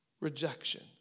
rejection